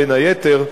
בין היתר,